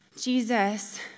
Jesus